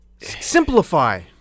Simplify